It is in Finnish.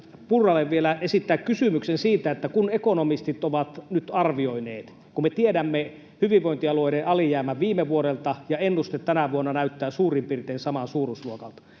Purralle vielä esittää kysymyksen. Ekonomistit ovat nyt arvioineet — ja kun me tiedämme hyvinvointialueiden alijäämän viime vuodelta ja ennuste tänä vuonna näyttää suurin piirtein samaa suuruusluokkaa